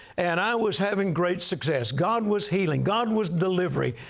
and i was having great success. god was healing. god was delivering.